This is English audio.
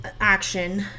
action